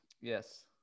yes